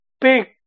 big